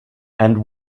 and